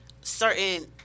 certain